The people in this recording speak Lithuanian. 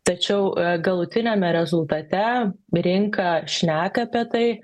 tačiau galutiniame rezultate rinka šneka apie tai